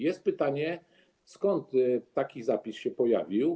Jest pytanie, skąd taki zapis się pojawił.